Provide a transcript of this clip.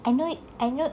I know I know